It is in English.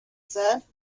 said